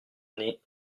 année